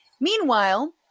Meanwhile